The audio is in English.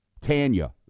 Tanya